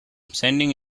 sending